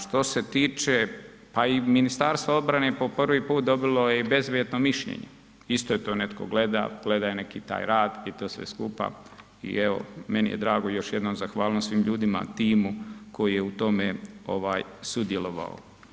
Što se tiče pa i Ministarstva obrane, po prvi put dobilo je bezuvjetno mišljenje, isto je to netko gledao, gledao je taj neki rad i to sve skupa i evo meni je drago još jednom zahvalnost svim ljudima, timu koji je u tome sudjelovao.